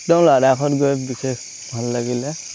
একদম লাদাখত গৈ বিশেষ ভাল লাগিলে